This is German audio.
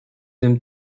dem